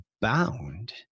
bound